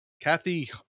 Kathy